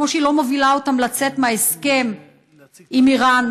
כמו שהיא לא מובילה אותם לצאת מההסכם עם איראן,